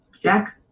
Jack